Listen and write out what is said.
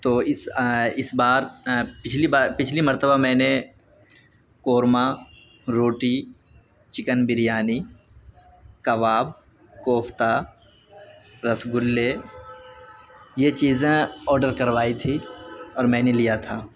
تو اس اس بار پچھلی بار پچھلی مرتبہ میں نے قورما روٹی چکن بریانی کباب کوفتہ رس گلے یہ چیزیں آرڈر کروائی تھیں اور میں نے لیا تھا